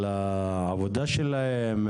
על העבודה שלהן,